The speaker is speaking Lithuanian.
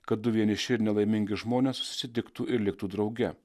kad du vieniši ir nelaimingi žmonės susitiktų ir liktų drauge